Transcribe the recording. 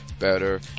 better